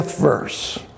verse